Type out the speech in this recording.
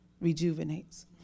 Rejuvenates